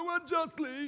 unjustly